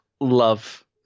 love